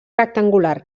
rectangular